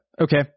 okay